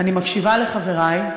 ואני מקשיבה לחברי,